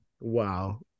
Wow